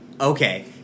Okay